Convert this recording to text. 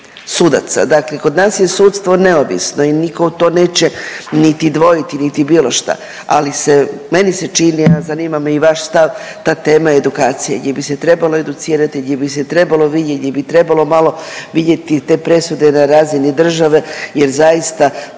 sudaca. Dakle, kod nas je sudstvo neovisno i nitko u to neće niti dvojiti, niti bilo šta. Ali meni se čini, a zanima me i vaš stav ta tema edukacije gdje bi se trebalo educirati, gdje bi se trebalo vidjeti, gdje bi trebalo malo vidjeti te presude na razini države jer zaista